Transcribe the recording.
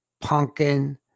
pumpkin